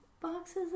boxes